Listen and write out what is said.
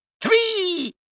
Three